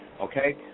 okay